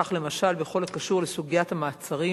כך, למשלף בכל הקשור לסוגיית המעצרים,